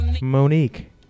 Monique